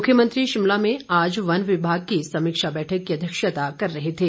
मुख्यमंत्री शिमला में आज वन विभाग की समीक्षा बैठक की अध्यक्षता कर रहे थे